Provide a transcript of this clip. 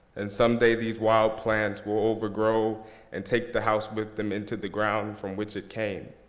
and someday these wild plants will over grow and take the house with them into the ground from which it came.